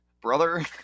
brother